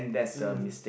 mm